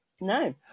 No